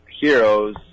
heroes